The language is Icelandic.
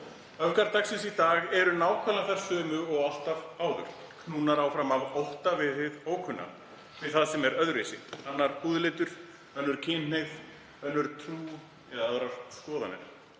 Öfgar dagsins í dag eru nákvæmlega þær sömu og alltaf áður, knúnar áfram af ótta við hið ókunna, við það sem er öðruvísi; annar húðlitur, önnur kynhneigð, önnur trú eða aðrar skoðanir.